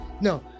No